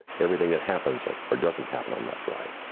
everything that happens, or or doesn't happen on that flight.